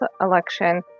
election